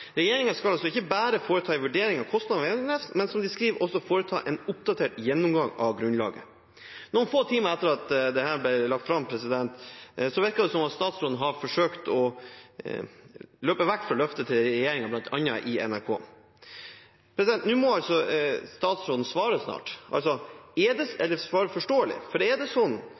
skal altså ikke bare foreta en vurdering av kostnadene ved Evenes, men også – som de skriver – «foreta en oppdatert gjennomgang av grunnlaget». Noen få timer etter at dette ble lagt fram, virket det som om statsråden forsøkte å løpe vekk fra løftet fra regjeringen, bl.a. i NRK. Nå må statsråden snart svare forståelig: Vil regjeringen foreta en oppdatert gjennomgang av grunnlaget for nedleggelsen av Andøya flystasjon, eller er det